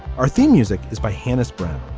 our theme music is by hannah's brand.